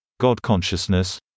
God-consciousness